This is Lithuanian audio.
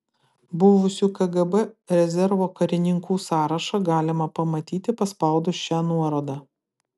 buvusių kgb rezervo karininkų sąrašą galima pamatyti paspaudus šią nuorodą